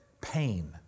Pain